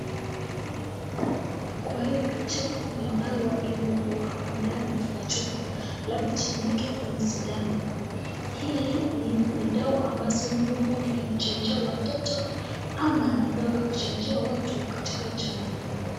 Kwa hii chupa kuna dawa iliyoko ndani na chupa alafu chini yake kuna sindano, hii ni dawa huenda ambazo wenye kuchanjiwa watoto ama ni dawa ya kuchanjia watu katika jamii.